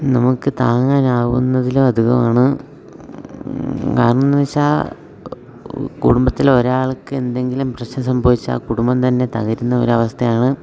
നമുക്ക് താങ്ങാനാവുന്നതിലും അധികമാണ് കാരണം എന്നു വെച്ചാൽ കുടുംബത്തിലെ ഒരാൾക്ക് എന്തെങ്കിലും പ്രശ്നം സംഭവിച്ചാൽ ആ കുടുംബം തന്നെ തകരുന്ന ഒരവസ്ഥയാണ്